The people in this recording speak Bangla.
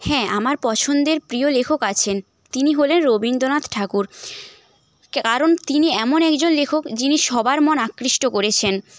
হ্যাঁ আমার পছন্দের প্রিয় লেখক আছেন তিনি হলেন রবীন্দ্রনাথ ঠাকুর কারণ তিনি এমন একজন লেখক যিনি সবার মন আকৃষ্ট করেছেন